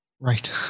Right